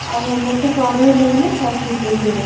എന്നിട്ട് കുറവില്ലെങ്കിൽ ഹോസ്പിറ്റലിലേക്ക് വരിക